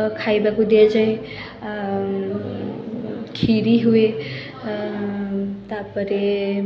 ଅ ଖାଇବାକୁ ଦିଆଯାଏ ଆଉ ଖିରି ହୁଏ ତା'ପରେ